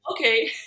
okay